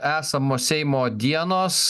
esamo seimo dienos